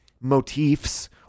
motifs